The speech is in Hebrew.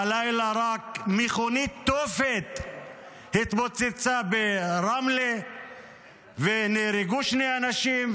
הלילה רק מכונית תופת התפוצצה ברמלה ונהרגו שני אנשים,